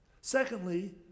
Secondly